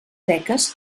beques